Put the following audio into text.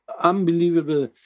unbelievable